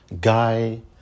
Guy